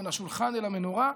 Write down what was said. בין השולחן אל המנורה,